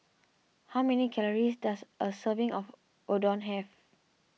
how many calories does a serving of Oden have